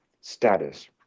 status